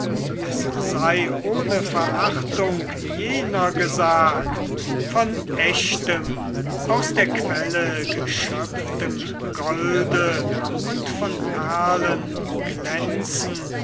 es sei ohne verachtung jener gesagt von echtem aus der quelle geschöpftem golde und von perlen glänzen